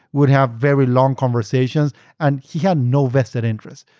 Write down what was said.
weaeurd have very long conversations and he had no vested interest.